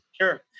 Sure